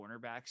cornerbacks